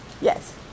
yes